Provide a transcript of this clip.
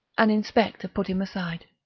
an inspector put him aside.